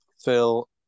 Phil